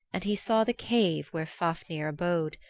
and he saw the cave where fafnir abode,